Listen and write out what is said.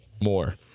More